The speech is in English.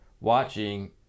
watching